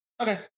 Okay